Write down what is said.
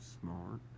smart